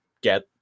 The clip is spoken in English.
get